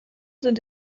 sind